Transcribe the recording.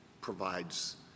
provides